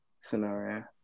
...scenario